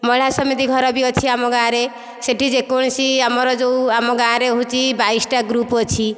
ମହିଳା ସମିତି ଘର ବି ଅଛି ଆମ ଗାଁରେ ସେଇଠି ଯେ କୌଣସି ଆମର ଯେଉଁ ଆମ ଗାଁ ରେ ହେଉଛି ବାଇଶଟା ଗ୍ରୁପ ଅଛି